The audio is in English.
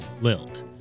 lilt